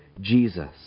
jesus